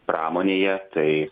pramonėje tai